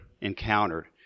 encountered